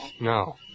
No